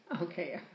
Okay